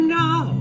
now